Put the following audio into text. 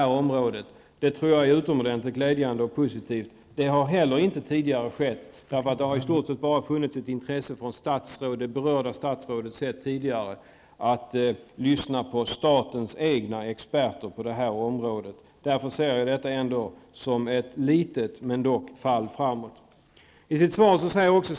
Det är utomordentligt glädjande och positivt. Något sådant har det heller inte varit fråga om tidigare. I stort sett har berörda statsråd tidigare bara varit intresserad av att lyssna på statens egna experter på det här området. Mot den bakgrunden uppfattar jag det som sagts här som ett fall framåt -- även om detta är litet.